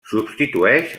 substitueix